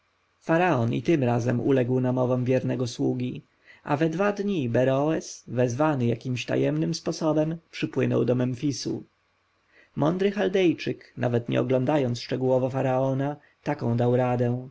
i tym razem uległ namowom wiernego sługi a we dwa dni beroes wezwany jakimś tajemnym sposobem przypłynął do memfisu mądry chaldejczyk nawet nie oglądając szczegółowo faraona taką dał radę